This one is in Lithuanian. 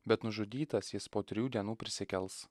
bet nužudytas jis po trijų dienų prisikels